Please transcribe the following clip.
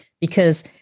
because-